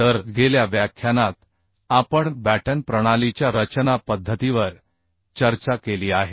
तर गेल्या व्याख्यानात आपण बॅटन प्रणालीच्या रचना पद्धतीवर चर्चा केली आहे